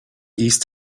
east